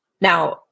Now